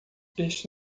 este